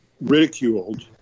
ridiculed